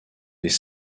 des